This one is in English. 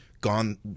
gone